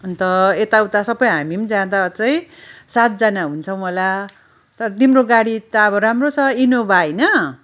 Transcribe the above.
अन्त यताउता सबै हामी पनि जाँदा चाहिँ सातजना हुन्छौँ होला तर तिम्रो गाडी त अब राम्रो छ इनोभा होइन